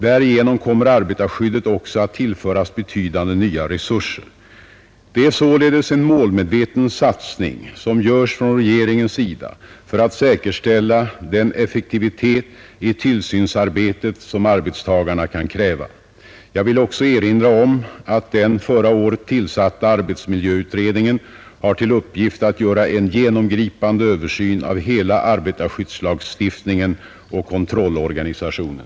Därigenom kommer arbetarskyddet också att tillföras betydande nya resurser. Det är således en målmedveten satsning som görs från regeringens sida för att säkerställa den effektivitet i tillsynsarbetet som arbetstagarna kan kräva. Jag vill också erinra om att den förra året tillsatta arbetsmiljöutredningen har till uppgift att göra en genomgripande översyn av hela arbetarskyddslagstiftningen och kontrollorganisationen.